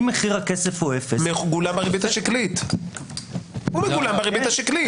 אם מחיר הכסף הוא אפס --- הוא מגולם בריבית השקלית.